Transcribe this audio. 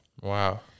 Wow